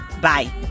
Bye